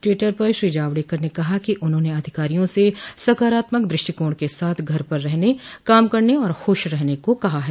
Twitter पर श्री जावड़ेकर ने कहा कि उन्होंने अधिकारियों से सकारात्मक दृष्टिकोण के साथ घर पर रहने काम करने और खुश रहने को कहा है